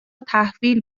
تحویل